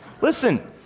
Listen